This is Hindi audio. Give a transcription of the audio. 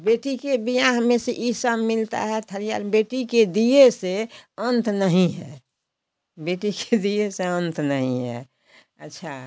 बेटी के बियाह में से यह सब मिलता है बेटी के दिए से अन्त नहीं है बेटी के दिए से अन्त नहीं है अच्छा